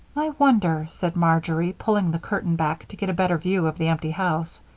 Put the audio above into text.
i wonder, said marjory, pulling the curtain back to get a better view of the empty house,